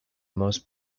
most